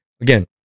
again